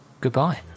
Goodbye